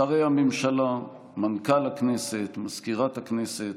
שרי הממשלה, מנכ"ל הכנסת, מזכירת הכנסת,